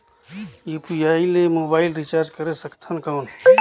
UPI ले mobile recharge करे सकथन कौन?